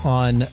on